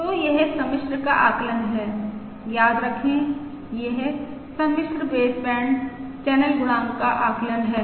तो यह सम्मिश्र का आकलन है याद रखें यह सम्मिश्र बेसबैंड चैनल गुणांक का आकलन है